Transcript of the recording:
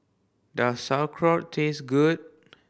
does Sauerkraut taste good